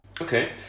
Okay